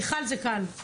מיכל זה קל.